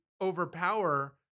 overpower